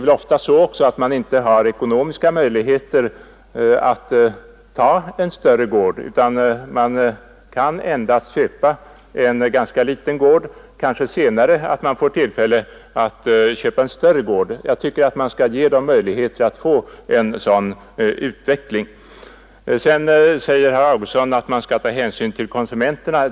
Många saknar ekonomiska resurser för att köpa en stor gård, men om de får köpa en ganska liten gård kan det kanske senare bli möjligt för dem att köpa en större. Jag tycker att det bör skapas möjligheter för en sådan utveckling. Herr Augustsson sade att man skall ta hänsyn till konsumenterna.